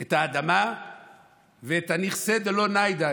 את האדמה ואת נכסי הדלא ניידי,